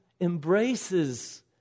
embraces